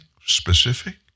specific